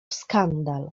skandal